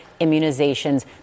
immunizations